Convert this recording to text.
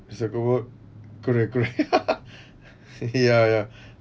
it's a good correct correct ya ya ya